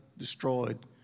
destroyed